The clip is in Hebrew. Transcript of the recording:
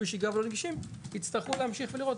ושהם לא נגישים יצטרכו להמשיך ולראות,